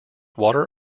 water